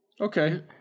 Okay